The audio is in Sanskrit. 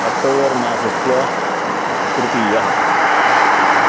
अक्टोबर्मासस्य तृतीयः